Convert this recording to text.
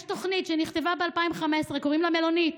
יש תוכנית שנכתבה ב-2015, קוראים לה מלונית.